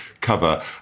cover